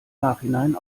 nachhinein